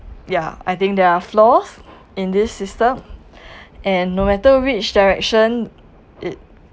ya I think there are flaws in this system and no matter which direction it